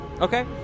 Okay